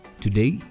Today